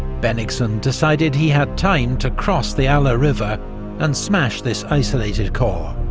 bennigsen decided he had time to cross the alle ah river and smash this isolated corps,